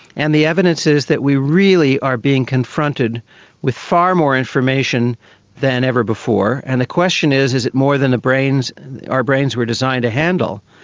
and the evidence is that we really are being confronted with far more information than ever before, and the question is is it more than our brains were designed to handle?